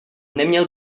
neměl